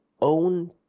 own